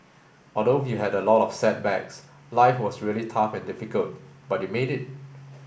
although you had a lot of setbacks life was really tough and difficult but you made it